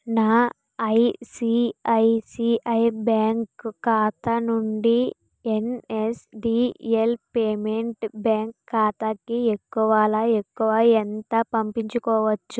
నా ఐసిఐసిఐ బ్యాంక్ ఖాతా నుండి ఎన్ఎస్డిఎల్ పేమెంట్ బ్యాంక్ ఖాతాకి ఎక్కువలో ఎక్కువ ఎంత పంపించుకోవచ్చు